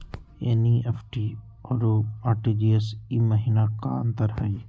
NEFT अरु RTGS महिना का अंतर हई?